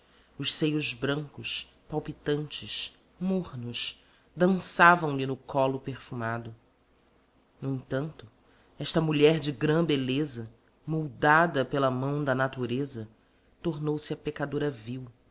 os seios brancos palpitantes mornos dançavam lhe no colo perfumado no entanto esta mulher de grã beleza moldada pela mão da natureza tornou-se a pecadora vil